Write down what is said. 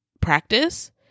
practice